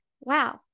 Wow